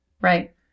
Right